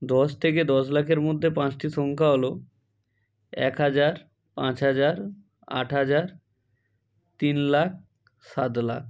দশ থেকে দশ লাখের মধ্যে পাঁচটি সংখ্যা হল এক হাজার পাঁচ হাজার আট হাজার তিন লাখ সাত লাখ